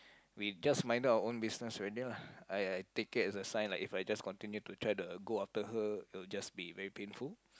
we just minded our own businesses already lah I I take it as a sign like if I just continue to try to go after her it will just be very painful